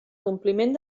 compliment